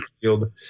field